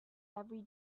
every